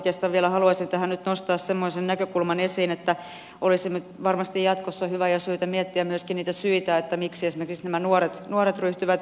oikeastaan vielä haluaisin nostaa esiin semmoisen näkökulman että olisi varmasti jatkossa hyvä ja syytä myöskin miettiä niitä syitä miksi esimerkiksi nuoret ryhtyvät juomaan